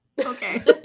Okay